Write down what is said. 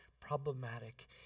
problematic